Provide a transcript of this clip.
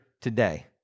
today